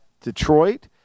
Detroit